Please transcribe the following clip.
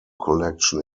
collection